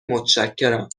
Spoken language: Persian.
متشکرم